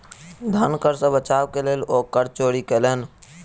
धन कर सॅ बचाव के लेल ओ कर चोरी कयलैन